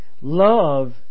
love